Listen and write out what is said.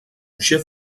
chef